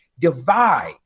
divide